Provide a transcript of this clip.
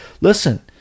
Listen